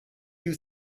you